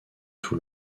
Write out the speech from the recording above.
tout